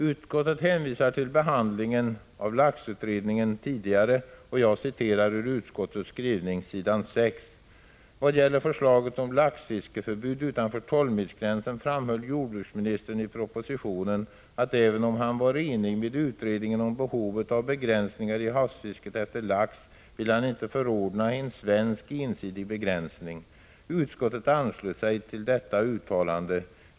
Utskottet hänvisar till behandlingen av laxutredningen, och jag citerar ur utskottets skrivning på s. 6. ”Vad gäller förslaget om laxfiskeförbud utanför 12-milsgränsen framhöll jordbruksministern i propositionen att även om han var enig med utredningen om behovet av begränsningar i havsfisket efter lax, ville han inte förorda en svensk, ensidig begränsning. Utskottet anslöt sig till detta uttalande.